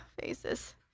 faces